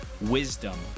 wisdom